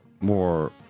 more